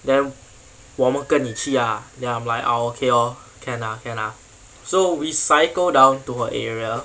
then 我们跟你去 ah then I'm like ah okay orh can ah can ah so we cycle down to her area